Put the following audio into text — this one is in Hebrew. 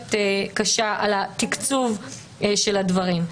ביקורת קשה על התקצוב של הדברים.